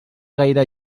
gaire